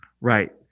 Right